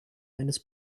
eines